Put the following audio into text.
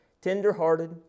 tender-hearted